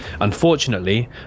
Unfortunately